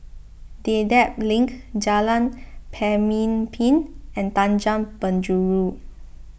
Dedap Link Jalan Pemimpin and Tanjong Penjuru